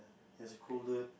he's cooler